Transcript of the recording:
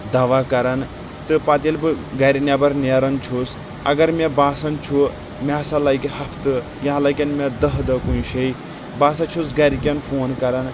دوہ کران تہٕ پتہٕ ییٚلہِ بہٕ گرِ نؠبر نیران چھُس اگر مےٚ باسان چھُ مےٚ ہسا لگہِ ہفتہٕ یا لگن مےٚ دہ دۄہ کُنہِ شاے بہٕ ہسا چھُس گرِکؠن فون کران